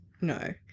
No